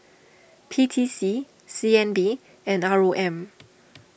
P T C C N B and R O M